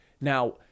Now